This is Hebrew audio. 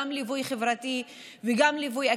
גם ליווי חברתי וגם ליווי אקדמי,